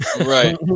right